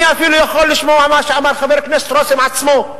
אני אפילו יכול לשמוע מה שאמר חבר הכנסת רותם עצמו,